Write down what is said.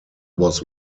was